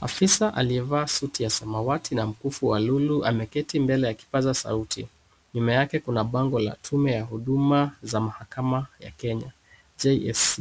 Afisa aliyevaa suti ya samawati na mkufu wa lulu ameketi mbele ya kipaza sauti. Nyuma yake kuna bango la tume ya huduma za mahakama ya kenya JSC,